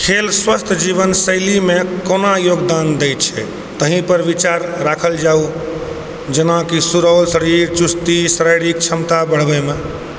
खेल स्वस्थ जीवन शैलीमे कोना योगदान दै छै ताहिपर विचार राखल जाउ जेनाकि सुडौल शरीर चुस्ती शारीरिक क्षमता बढ़बैमे